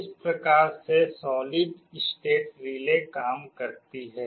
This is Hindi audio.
इस प्रकार से सॉलिड स्टेट रिले काम करती है